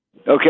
Okay